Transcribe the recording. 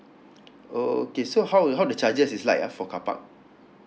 oh okay so how how the charges is like ah for carpark